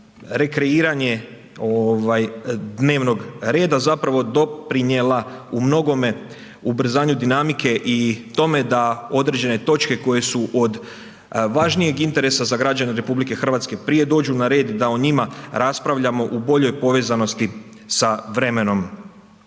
rekreiranje dnevnog reda zapravo doprinijela u mnogome ubrzanju dinamike i tome da određene točke koje su od važnijeg interesa za građane Republike Hrvatske prije dođu na red, da o njima raspravljamo u boljoj povezanosti sa vremenom.